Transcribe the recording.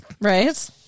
Right